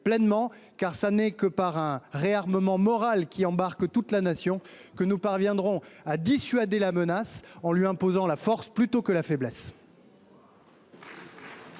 ce n’est que par un réarmement moral embarquant toute la Nation que nous parviendrons à dissuader la menace en lui opposant la force plutôt que la faiblesse.